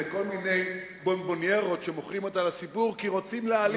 יש כל מיני בונבוניירות שמוכרים אותן לציבור כי רוצים להעלים,